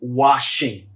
washing